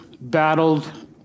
battled